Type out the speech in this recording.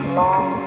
long